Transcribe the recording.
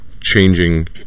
changing